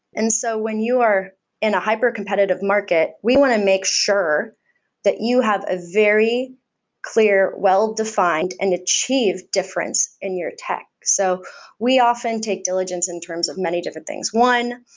and so when you are in a hypercompetitive market, we want to make sure that you have a very clear, well-defined and achieve difference in your tech. so we often take diligence in terms of many different things. one,